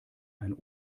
ein